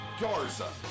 Garza